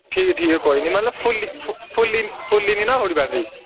ठीक ऐ ठीक ऐ कोई निं मतलब फुल्ली फुल्ली फुल्ली नी ना थुआढ़ी बैटरी